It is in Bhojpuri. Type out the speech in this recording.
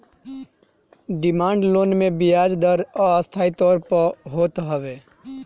डिमांड लोन मे बियाज दर अस्थाई तौर पअ होत हवे